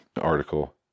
article